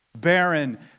Barren